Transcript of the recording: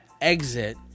exit